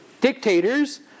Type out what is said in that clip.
dictators